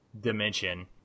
dimension